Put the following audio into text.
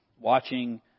watching